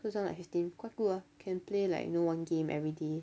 so this one like fifteen quite good ah can play like know one game everyday